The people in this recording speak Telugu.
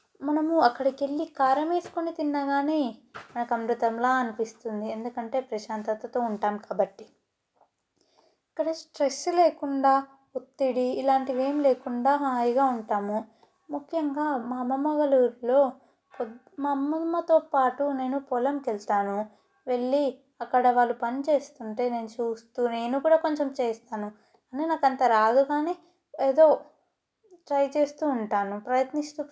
మనము అక్కడికి వెళ్ళి కారం వేసుకొని తిన్నా కానీ నాకు అమృతంలా అనిపిస్తుంది ఎందుకంటే ప్రశాంతతతో ఉంటాము కాబట్టి ఇక్కడ స్ట్రెస్ లేకుండా ఒత్తిడి ఇలాంటివి ఏమీ లేకుండా హాయిగా ఉంటాము ముఖ్యంగా మా అమ్మమ్మ వాళ్ళ ఊరిలో పొ మా అమ్మమ్మతో పాటు నేను పొలంకి వెళతాను వెళ్ళి అక్కడ వాళ్ళు పనిచేస్తుంటే నేను చూస్తూ నేను కూడా కొంచెం చేస్తాను అని నాకు అంత రాదు కానీ ఏదో ట్రై చేస్తూ ఉంటాను ప్రయత్నిస్తూ